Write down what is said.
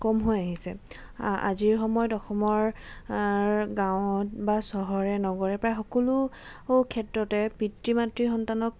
কম হৈ আহিছে আ আজিৰ সময়ত অসমৰ অৰ গাঁৱত বা চহৰে নগৰে প্ৰায় সকলো ক্ষেত্ৰতে পিতৃ মাতৃ সন্তানক